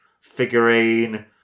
figurine